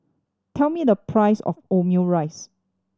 tell me the price of Omurice